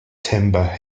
timber